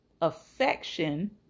affection